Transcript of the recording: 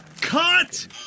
Cut